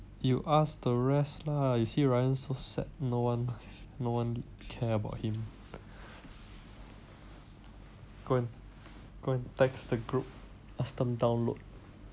you ask the rest lah you see ryan so sad no one no one care about him go and go and text the group ask them download